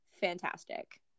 fantastic